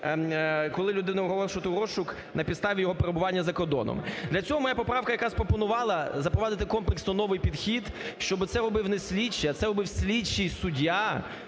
коли людину оголошувати в розшук на підставі його перебування за кордоном. Для цього моя поправка якраз пропонувала запровадити комплексно новий підхід, щоби це робив не слідчий, а це робив слідчий суддя